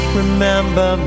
remember